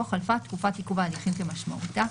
"חלפה תקופת עיכוב ההליכים כשמשמעותה".